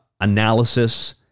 analysis